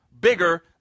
bigger